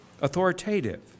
authoritative